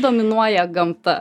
dominuoja gamta